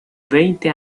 veinte